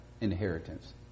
inheritance